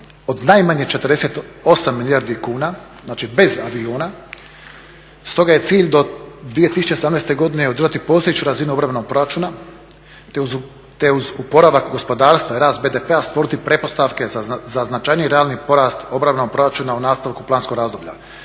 od najmanje 48 milijardi kuna, znači bez aviona, stoga je cilj do 2018. godine održati postojeću razinu … proračuna te uz oporavak gospodarstva i rast BDP-a stvoriti pretpostavke za značajniji i realniji porast obrambenog proračuna u nastavku planskog razdoblja.